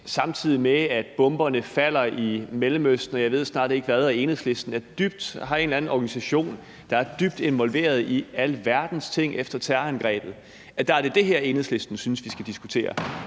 samtidig med at bomberne falder i Mellemøsten, og jeg ved snart ikke hvad, så har Enhedslisten samarbejdet med en eller anden organisation, der er dybt involveret i alverdens ting efter terrorangrebet, og der er det det her, Enhedslisten synes vi skal diskutere?